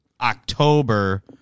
October